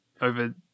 over